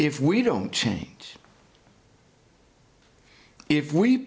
if we don't change if we